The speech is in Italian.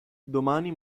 domani